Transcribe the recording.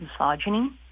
misogyny